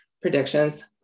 predictions